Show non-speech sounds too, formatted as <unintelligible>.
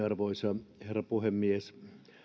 <unintelligible> arvoisa herra puhemies